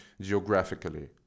geographically